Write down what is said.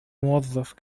موظف